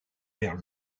vers